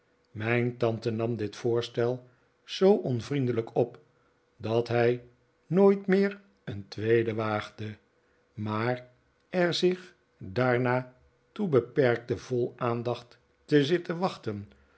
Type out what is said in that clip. mijn tante nam dit voorstel zoo onvriendelijk op dat hij nooit meer een tweede waagde maar er zich daarna toe beperkte vol aandacht te zitten wachten